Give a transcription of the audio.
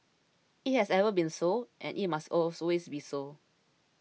it has ever been so and it must always be so